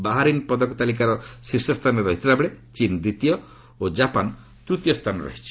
Bahrain ପଦକ ତାଲିକାର ଶୀର୍ଷ ସ୍ଥାନରେ ରହିଥିବାବେଳେ ଚୀନ୍ ଦ୍ୱିତୀୟ ଓ କାପାନ ତୃତୀୟ ସ୍ଥାନରେ ରହିଛି